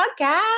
podcast